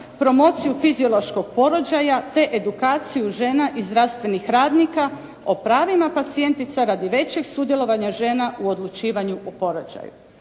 promociju fiziološkog porođaja, te edukaciju žena i zdravstvenih radnika o pravima pacijentica radi većeg sudjelovanja žena u odlučivanju o porođaju.